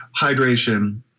hydration